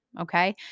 Okay